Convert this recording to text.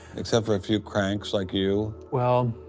except for a few cranks like you? well,